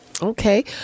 Okay